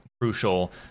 crucial